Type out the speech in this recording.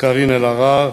קארין אלהרר,